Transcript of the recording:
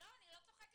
אני לא צוחקת,